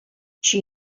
she